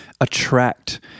attract